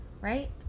right